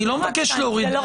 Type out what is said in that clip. זה לא רק נזק.